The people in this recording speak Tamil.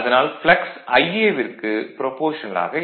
அதனால் ப்ளக்ஸ் Ia விற்கு ப்ரபோஷனல் ஆக இருக்கும்